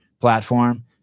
platform